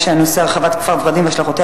מי שבעד, הוא בעד להעביר את הנושא לוועדת הפנים.